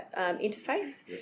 interface